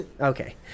Okay